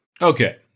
Okay